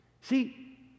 See